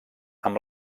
amb